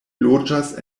loĝas